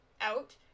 out